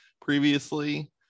previously